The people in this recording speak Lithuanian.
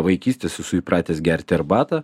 vaikystės esu įpratęs gerti arbatą